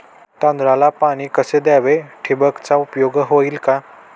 तांदळाला पाणी कसे द्यावे? ठिबकचा उपयोग होईल का?